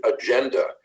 agenda